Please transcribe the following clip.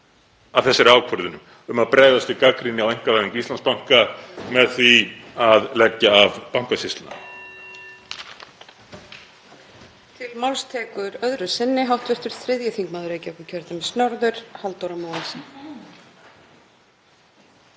að þessari ákvörðunum um að bregðast við gagnrýni á einkavæðingu Íslandsbanka með því að leggja af Bankasýsluna?